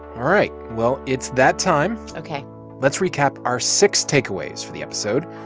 right. well, it's that time ok let's recap our six takeaways for the episode.